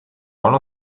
one